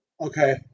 Okay